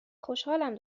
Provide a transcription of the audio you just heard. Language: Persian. خوشحالم